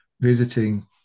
visiting